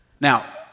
now